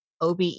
OBE